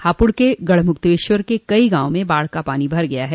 हापुड़ के गढ़मुक्तेश्वर के कई गांवों में बाढ़ का पानी भर गया है